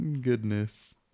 Goodness